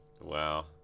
Wow